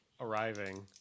arriving